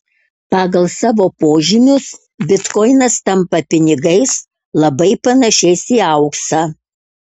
pagal savo požymius bitkoinas tampa pinigais labai panašiais į auksą